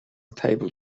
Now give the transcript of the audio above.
table